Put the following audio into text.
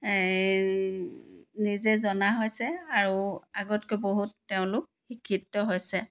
নিজে জনা হৈছে আৰু আগতকৈ বহুত তেওঁলোক শিক্ষিত হৈছে